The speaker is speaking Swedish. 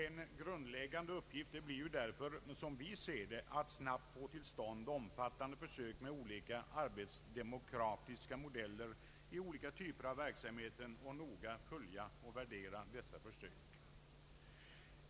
En grundläggande uppgift blir därför, som vi ser det, att snabbt få till stånd omfattande försök med olika arbetsdemokratiska modeller i olika typer av verksamhet och att noga följa och värdera dessa försök.